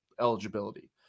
eligibility